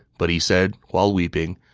but he said while weeping,